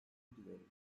dileriz